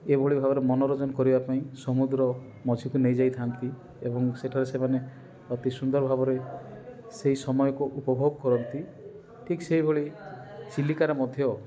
ଏଭଳି ଭାବରେ ମନୋରଞ୍ଜନ କରିବା ପାଇଁ ସମୁଦ୍ର ମଝିକୁ ନେଇ ଯାଇଥାନ୍ତି ଏବଂ ସେଠାରେ ସେମାନେ ଅତି ସୁନ୍ଦର ଭାବରେ ସେଇ ସମୟକୁ ଉପଭୋଗ କରନ୍ତି ଠିକ ସେଇ ଭଳି ଚିଲିକାରେ ମଧ୍ୟ